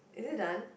is it done